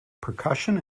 percussion